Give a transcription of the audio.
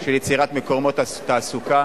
של יצירת מקומות תעסוקה.